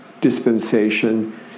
dispensation